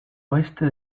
oeste